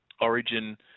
Origin